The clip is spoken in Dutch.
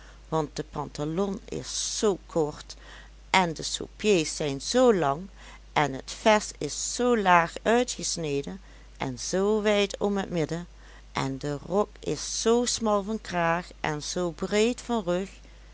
want de pantalon is zoo kort en de soupieds zijn zoo lang en het vest is zoo laag uitgesneden en zoo wijd om het midden en de rok is zoo smal van kraag en zoo breed van rug